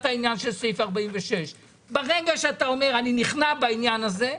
העניין של סעיף 46. ברגע שאתה אומר: אני נכנע בעניין הזה,